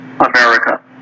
America